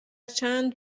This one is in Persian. چند